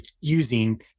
using